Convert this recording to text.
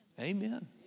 Amen